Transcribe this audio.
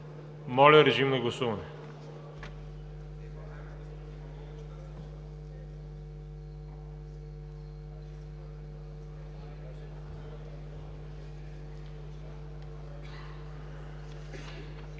Моля, режим на гласуване.